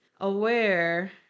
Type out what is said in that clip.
aware